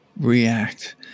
react